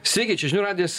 sveiki čia žinių radijas